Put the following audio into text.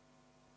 Hvala.